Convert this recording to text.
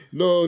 no